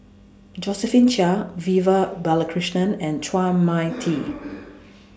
Josephine Chia Vivian Balakrishnan and Chua Mia Tee